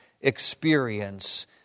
experience